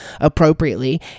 appropriately